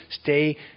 stay